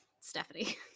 Stephanie